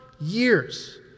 years